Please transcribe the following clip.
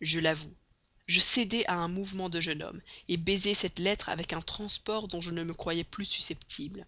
je l'avoue je cédai à un mouvement de jeune homme baisai cette lettre avec un transport dont je ne me croyais plus susceptible